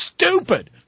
Stupid